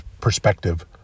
perspective